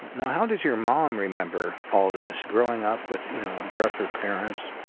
and how does your mom remember all this, growing up with trucker parents?